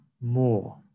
more